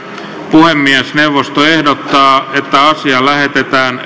puhemiesneuvosto ehdottaa että asia lähetetään